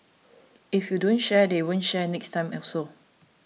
if you don't share they won't share next time also